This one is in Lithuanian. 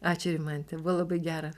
ačiū rimante buvo labai gera